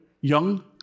young